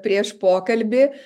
prieš pokalbį